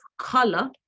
color